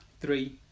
Three